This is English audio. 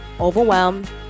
overwhelmed